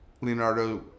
Leonardo